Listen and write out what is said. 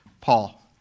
Paul